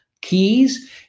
Keys